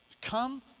Come